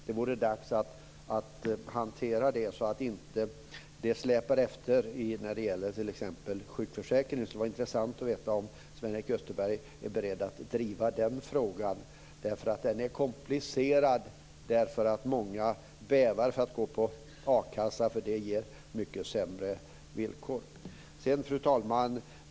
Det vore dags att hantera det så att det inte släpar efter när det gäller t.ex. sjukförsäkringen. Det skulle vara intressant att veta om Sven-Erik Österberg är beredd att driva den frågan. Den är komplicerad därför att många bävar för att gå på a-kassa, för det ger mycket sämre villkor. Fru talman!